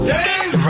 Dave